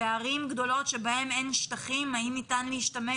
בערים גדולות שבהן אין שטחים, האם ניתן להשתמש